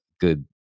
good